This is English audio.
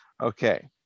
okay